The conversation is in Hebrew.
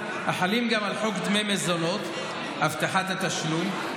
החלים גם על חוק דמי מזונות (הבטחת תשלום),